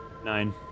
Nine